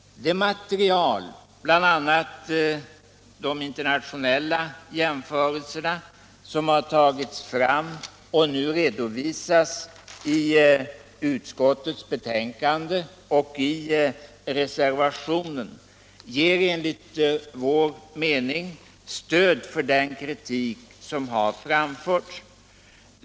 Det material med bl.a. internationella jämförelser som har tagits fram och nu redovisas i utskottets betänkande och i reservationen ger, enligt vår mening, stöd för den kritik som vi framfört.